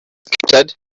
scattered